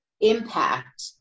impact